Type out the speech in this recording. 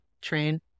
train